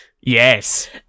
Yes